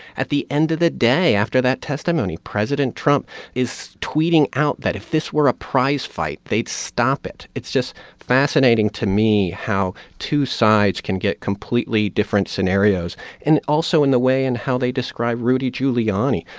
at the end of the day, after that testimony, president trump is tweeting out that if this were a prize fight, they'd stop it. it's just fascinating to me how two sides can get completely different scenarios and also in the way in how they describe rudy giuliani.